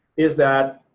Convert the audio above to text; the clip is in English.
is that,